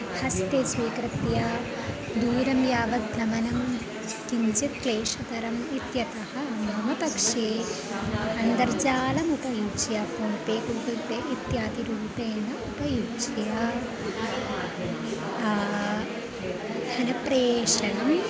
हस्ते स्वीकृत्य दूरं यावत् गमनं किञ्चित् क्लेशकरम् इत्यतः मम पक्षे अन्तर्जालमुपयुज्य फ़ोन् पे गूगुल् पे इत्यादिरूपेण उपयुज्य धनप्रेषणम्